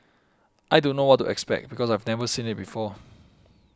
I don't know what to expect because I've never seen it before